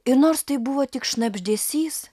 ir nors tai buvo tik šnabždesys